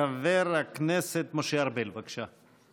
חבר הכנסת משה ארבל, בבקשה.